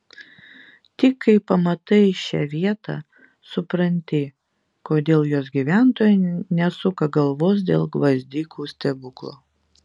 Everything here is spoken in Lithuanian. tik kai pamatai šią vietą supranti kodėl jos gyventojai nesuka galvos dėl gvazdikų stebuklo